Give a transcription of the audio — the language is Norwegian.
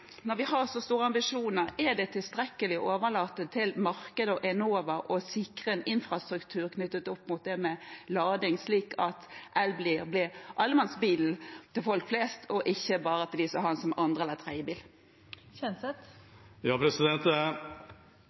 Når vi har så store ambisjoner, er det tilstrekkelig å overlate til markedet og Enova å sikre en infrastruktur for lading, slik at elbil blir allemannsbilen for folk flest og ikke bare for dem som har den som andre- eller